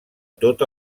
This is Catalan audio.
tot